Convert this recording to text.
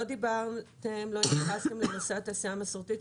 לא התייחסתם לתעשייה המסורתית.